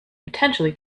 potentially